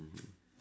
mmhmm